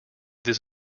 this